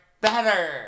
better